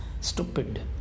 Stupid